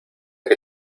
que